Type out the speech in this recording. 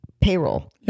payroll